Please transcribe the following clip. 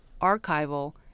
archival